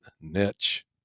niche